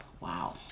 Wow